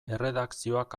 erredakzioak